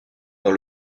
dans